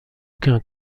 aucun